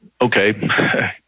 okay